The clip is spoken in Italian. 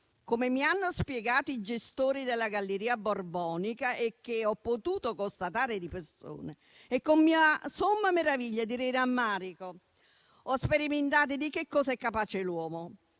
come mi hanno spiegato i gestori della Galleria borbonica e come ho potuto constatare di persona. Con mia somma meraviglia, direi rammarico, ho sperimentate di che cosa è capace l'uomo.